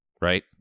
Right